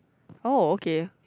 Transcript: oh okay